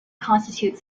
constitute